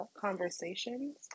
conversations